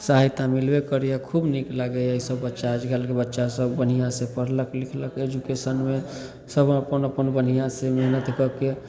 सहायता मिलबे करैए खूब नीक लागैए एहिसे बच्चा आजकलके बच्चासभ बढ़िआँसे पढ़लक लिखलक एजुकेशनमे सब अपन अपन बढ़िआँसे मेहनति कऽके